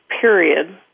period